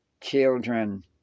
children